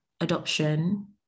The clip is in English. adoption